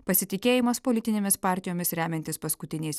pasitikėjimas politinėmis partijomis remiantis paskutiniais